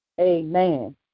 Amen